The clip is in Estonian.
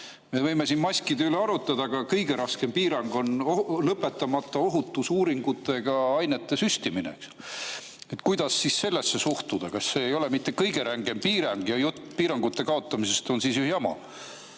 Me võime siin maskide üle arutada, aga kõige raskem piirang on lõpetamata ohutusuuringutega ainete süstimine. Kuidas sellesse suhtuda? Kas see ei ole mitte kõige rängem piirang? Jutt piirangute kaotamisest on siis ju jama.